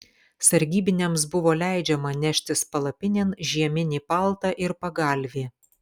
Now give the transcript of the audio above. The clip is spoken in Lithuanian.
sargybiniams buvo leidžiama neštis palapinėn žieminį paltą ir pagalvį